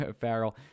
Farrell